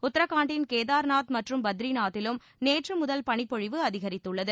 உத்தராகண்டின் கேதார்நாத் மற்றும் பத்ரிநாத்திலும் நேற்று முதல் பளிப்பொழிவு அதிகரித்துள்ளது